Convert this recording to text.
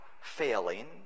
failing